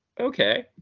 Okay